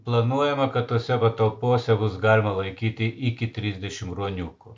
planuojama kad tose patalpose bus galima laikyti iki trisdešim ruoniukų